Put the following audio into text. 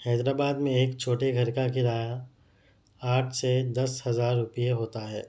حیدر آباد میں ایک چھوٹے گھر کا کرایہ آٹھ سے دس ہزار روپئے ہوتا ہے